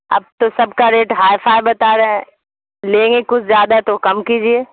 آپ تو سب کا ریٹ ہائے فائے بتا رہے ہیں لیں گے کچھ زیادہ تو کم کیجیے